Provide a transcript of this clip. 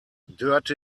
dörte